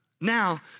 now